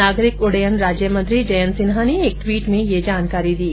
नागरिक उड्डयन राज्य मंत्री जयंत सिन्हा ने एक ट्वीट में ये जानकारी दी